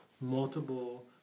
multiple